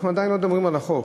אנחנו עדיין לא מדברים על החוק.